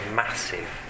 massive